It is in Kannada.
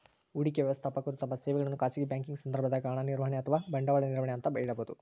ಹೂಡಿಕೆ ವ್ಯವಸ್ಥಾಪಕರು ತಮ್ಮ ಸೇವೆಗಳನ್ನು ಖಾಸಗಿ ಬ್ಯಾಂಕಿಂಗ್ ಸಂದರ್ಭದಾಗ ಹಣ ನಿರ್ವಹಣೆ ಅಥವಾ ಬಂಡವಾಳ ನಿರ್ವಹಣೆ ಅಂತ ಹೇಳಬೋದು